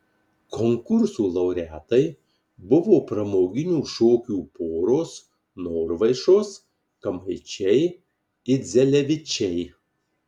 konkursų laureatai buvo pramoginių šokių poros norvaišos kamaičiai idzelevičiai